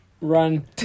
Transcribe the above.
run